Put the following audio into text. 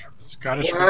Scottish